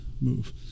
move